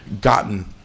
gotten